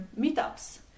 meetups